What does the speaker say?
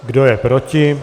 Kdo je proti?